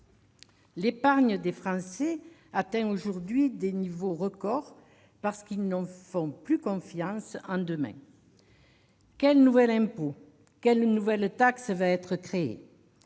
L'épargne des Français atteint aujourd'hui des niveaux record, parce qu'ils n'ont plus confiance dans l'avenir. Quel nouvel impôt ? Quelle nouvelle taxe va-t-on créer ?